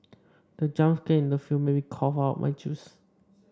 the jump scare in the film made me cough out my juice